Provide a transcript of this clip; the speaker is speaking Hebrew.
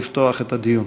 לפתוח את הדיון.